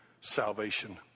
salvation